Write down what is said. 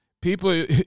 people